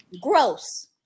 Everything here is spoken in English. Gross